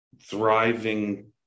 thriving